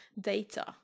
data